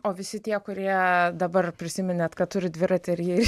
o visi tie kurie dabar prisiminėt kad turit dviratį ir jį